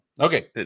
Okay